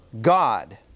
God